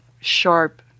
sharp